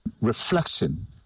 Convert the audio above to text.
reflection